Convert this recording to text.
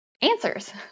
answers